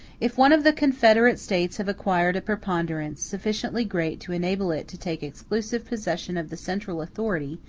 if one of the confederate states have acquired a preponderance sufficiently great to enable it to take exclusive possession of the central authority,